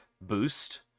boost